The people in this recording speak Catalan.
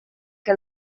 que